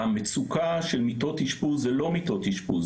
המצוקה של מיטות אשפוז זה לא מיטות אשפוז,